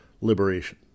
Liberation